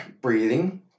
breathing